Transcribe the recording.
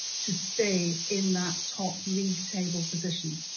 to stay in that top league table position.